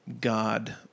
God